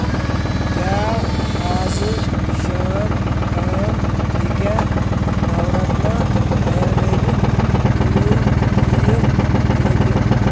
کیٛاہ اَزٕ شام تام ہیٚکیٛاہ نورتنا آیُرویدِک کوٗل تیٖل وٲتِتھ